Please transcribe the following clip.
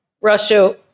Russia